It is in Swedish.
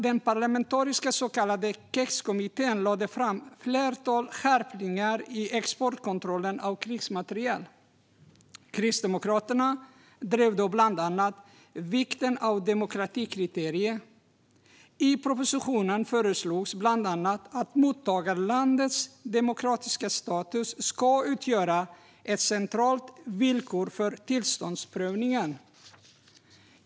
Den parlamentariska så kallade KEX-utredningen lade fram förslag på ett flertal skärpningar i exportkontrollen av krigsmateriel. Kristdemokraterna drev bland annat vikten av ett demokratikriterium. I propositionen föreslogs bland annat att mottagarlandets demokratiska status ska utgöra ett centralt villkor för tillståndsprövningen.